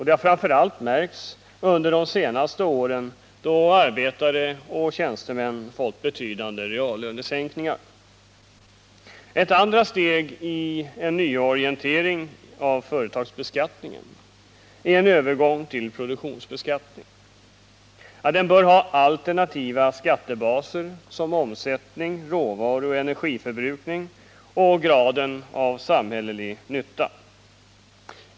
Det har framför allt märkts under de senaste åren, då arbetare och tjänstemän fått betydande reallönesänkningar. Ett andra steg i en nyorientering av företagsbeskattningen är en övergång till produktionsbeskattning. Den bör ha alternativa skattebaser som omsättning, råvaruoch energiförbrukning samt graden av samhällelig nytta.